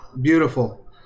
Beautiful